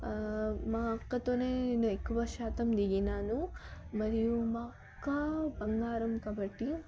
మా అక్కతో నేను ఎక్కువ శాతం దిగినాను మరియు మా అక్క బంగారం కాబట్టి